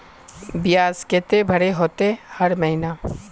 बियाज केते भरे होते हर महीना?